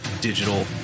digital